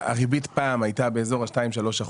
הריבית פעם הייתה באזור ה-2%-3%,